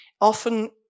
often